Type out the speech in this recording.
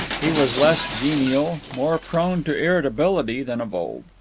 he was less genial, more prone to irritability than of old.